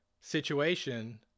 situation